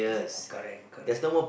correct correct